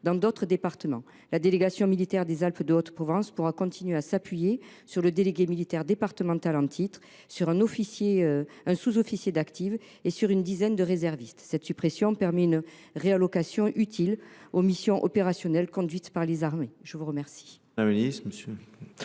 dans d’autres départements. La délégation militaire des Alpes de Haute Provence pourra continuer de s’appuyer sur le délégué militaire départemental en titre, sur un sous officier d’active et sur une dizaine de réservistes. Cette suppression permet une réallocation utile aux missions opérationnelles conduites par les armées. La parole